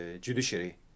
judiciary